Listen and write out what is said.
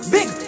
Big